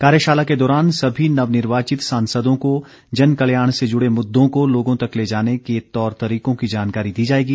कार्यशाला के दौरान सभी नव निर्वाचित सांसदों को जन कल्याण से जुड़े मुददों को लोगों तक ले जाने के तौर तरीकों की जानकारी दी जायेगी